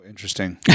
Interesting